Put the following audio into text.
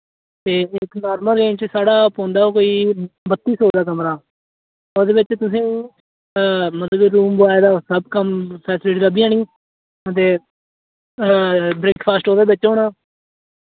ते इक normal range च साढ़ा पौंदा कोई बत्ती सौ दा कमरा ओह्दे बिच तुसें मतलब रूम बाय दा सब कम्म फैसिलिटी लब्बी जानी ते ब्रेकफास्ट उ'दे बिच होना